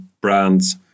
brands